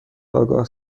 آگاه